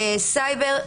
סייבר,